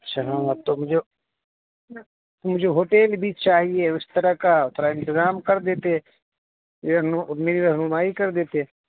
اچھا ا تو مجھے مجھے ہوٹل بھیچ چاہیے اس طرح کا تھوڑا انتظام کر دیتےمیری رہنمائی کر دیتے